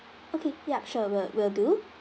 okay ya sure we'll we'll do